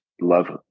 love